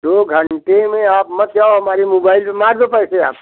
दो घंटे में आप मत जाओ हमारी मोबाइल में मार दो पैसे आप